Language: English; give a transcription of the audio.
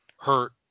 hurt